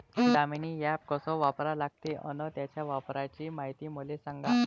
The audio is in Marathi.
दामीनी ॲप कस वापरा लागते? अन त्याच्या वापराची मायती मले सांगा